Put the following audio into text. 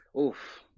oof